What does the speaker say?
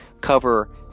cover